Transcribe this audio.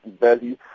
value